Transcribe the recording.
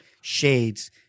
Shades